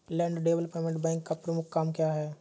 Land development bank का प्रमुख काम क्या है?